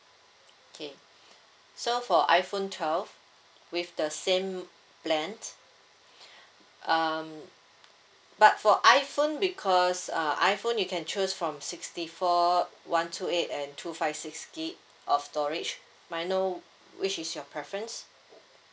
okay so for iphone twelve with the same plan um but for iphone because uh iphone you can choose from sixty four one two eight and two five six gig of storage may I know which is your preference